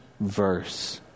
verse